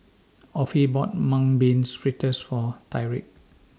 Offie bought Mung Beans Fritters For Tyrik